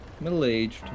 middle-aged